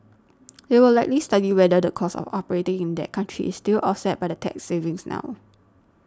they will likely study whether the cost of operating in that country is still offset by the tax savings now